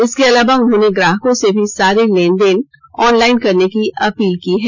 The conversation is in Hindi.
इसके अलावा उन्होंने ग्राहकों से भी सारे लेनदेन ऑनलाइन करने की अपील की है